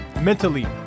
mentally